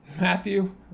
Matthew